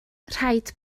rhaid